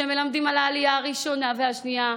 כשמלמדים על העלייה הראשונה והשנייה,